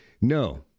no